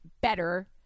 better